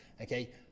okay